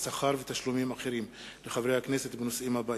ותשלומים אחרים לחברי הכנסת בנושאים הבאים: